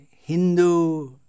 Hindu